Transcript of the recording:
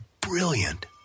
brilliant